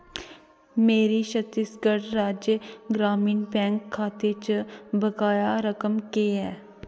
मेरे छत्तीसगढ़ राज्य ग्रामीण बैंक खाते च बकाया रकम केह् ऐ